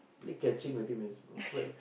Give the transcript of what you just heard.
play catching with him it's quite